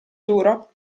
duro